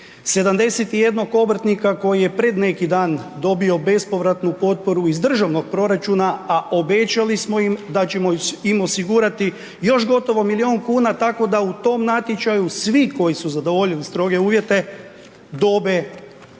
71 obrtnika koji je pred neki dan dobio bespovratnu potporu iz državnog proračuna a obećali smo im da ćemo im osigurati još gotovo milijun kuna tako da u tom natječaju svi koji su zadovoljili stroge uvjete dobe mogućnost